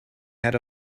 head